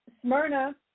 Smyrna